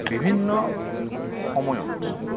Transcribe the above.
বিভিন্ন সময়ত